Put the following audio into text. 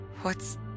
What's